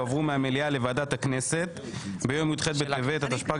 הועברו מהמליאה לוועדת הכנסת ביום י"ח בטבת התשפ"ג,